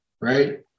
Right